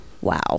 Wow